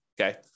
Okay